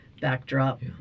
backdrop